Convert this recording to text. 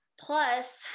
Plus